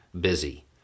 busy